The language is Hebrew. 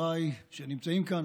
חבריי שנמצאים פה,